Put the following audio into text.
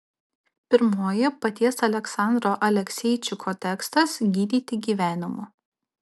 pirmoji paties aleksandro alekseičiko tekstas gydyti gyvenimu